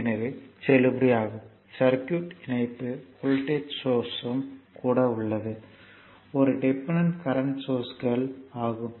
எனவே செல்லுபடியாகும் சர்க்யூட் இணைப்பு வோல்ட்டேஜ் சோர்ஸ் ம் கூட உள்ளது ஒரு டிபெண்டன்ட் கரண்ட் சோர்ஸ்கள் ஆகும்